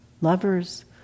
lovers